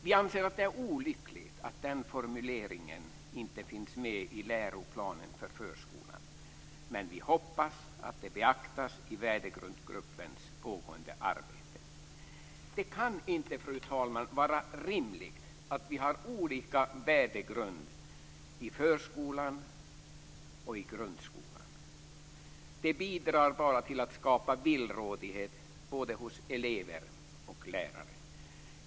Vi anser att det är olyckligt att den formuleringen inte finns med i läroplanen för förskolan, men vi hoppas att den beaktas i värdegrundsgruppens pågående arbete. Fru talman! Det kan inte vara rimligt att vi har olika värdegrund i förskolan och i grundskolan. Det bidrar bara till att skapa villrådighet både hos elever och hos lärare.